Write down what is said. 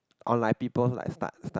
oh like people like start start